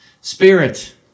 Spirit